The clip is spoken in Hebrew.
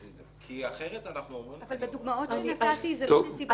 כי אחרת אנחנו אמורים --- אבל בדוגמאות שנתתי זה על בסיס סיבתי.